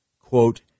quote